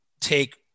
take